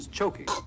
choking